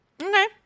Okay